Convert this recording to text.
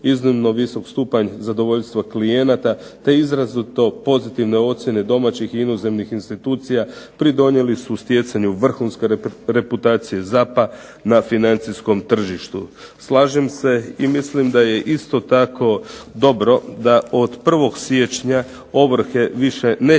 iznimno visak stupanj zadovoljstva klijenata te izrazito pozitivne ocjene domaćih i inozemnih institucija pridonijeli su stjecanju vrhunske reputacije ZAP-a na financijskom tržištu. Slažem se i mislim da je isto tako dobro da od 1. siječnja ovrhe više neće